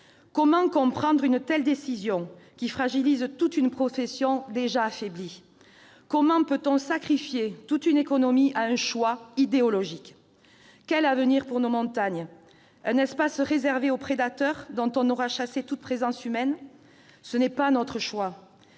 Comment comprendre une telle décision qui fragilise toute une profession déjà affaiblie ? Comment peut-on sacrifier toute une économie à un choix idéologique ? Quel sera l'avenir de nos montagnes ? Deviendront-elles un espace réservé aux prédateurs dont on aura chassé toute présence humaine ? Ce n'est pas notre choix.